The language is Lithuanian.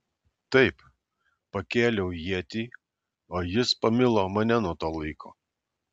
taip pakėliau ietį o jis pamilo mane nuo to laiko